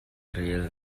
rel